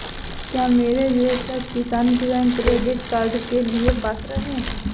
क्या मेरे जैसा किसान किसान क्रेडिट कार्ड के लिए पात्र है?